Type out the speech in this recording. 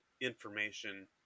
information